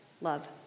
love